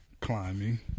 Climbing